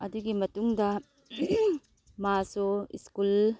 ꯑꯗꯨꯒꯤ ꯃꯇꯨꯡꯗ ꯃꯥꯁꯨ ꯁ꯭ꯀꯨꯜ